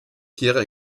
tiere